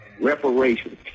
reparations